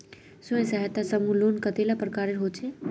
स्वयं सहायता समूह लोन कतेला प्रकारेर होचे?